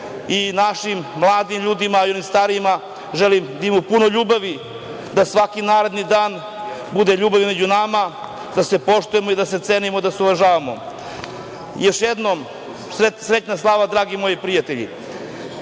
i našim mladim ljudima i onim starijima želim da imaju puno ljubavi, da svaki naredni dan bude ljubavi među nama, da se poštujemo, da se cenimo i da se uvažavamo. Još jednom, srećna slava, dragi moji prijatelji. Toliko